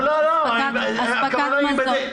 אספקת מזון.